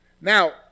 Now